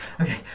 okay